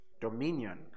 dominion